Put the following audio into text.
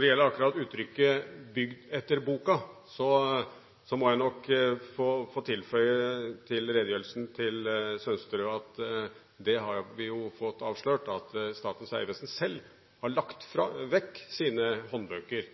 det gjelder akkurat uttrykket «bygd etter boka», må jeg nok til redegjørelsen til Sønsterud få tilføye at vi jo har fått avslørt at Statens vegvesen selv har lagt vekk sine håndbøker